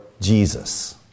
Jesus